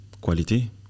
quality